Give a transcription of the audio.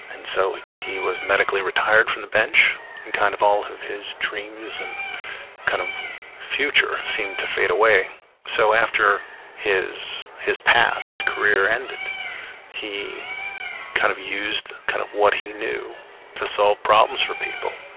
and so he he was medically retired from the bench. and kind of all of his dreams and kind of future seemed to fade away so after his his path, his career, ended he kind of used kind of what he knew to solve problems for people.